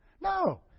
No